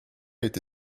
été